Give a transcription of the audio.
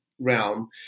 realm